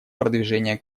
продвижения